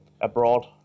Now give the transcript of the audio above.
abroad